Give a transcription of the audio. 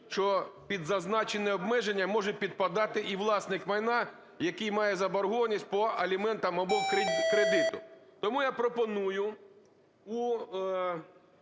що під зазначене обмеження може підпадати і власник майна, який має заборгованість по аліментам або кредиту. Тому я пропоную у